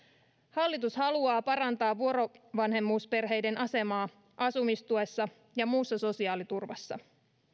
hallitus haluaa parantaa vuorovanhemmuusperheiden asemaa asumistuessa ja muussa sosiaaliturvassa